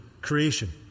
creation